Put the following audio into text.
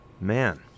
Man